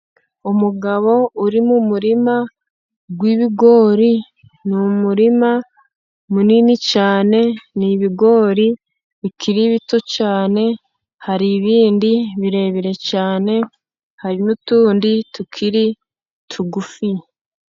Umugabo uri mu muririma w'ibigori ni umurima munini cyane. Ni ibigori bikiri bito cyane hari ibindi birebire cyane hari n'utundi tukiri tugufi.